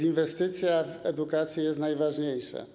Inwestycja w edukację jest najważniejsza.